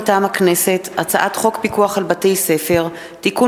מטעם הכנסת: הצעת חוק פיקוח על בתי-ספר (תיקון